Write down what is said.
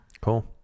Cool